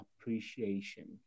appreciation